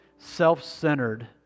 self-centered